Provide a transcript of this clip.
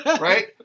right